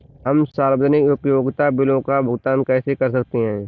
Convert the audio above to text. हम सार्वजनिक उपयोगिता बिलों का भुगतान कैसे कर सकते हैं?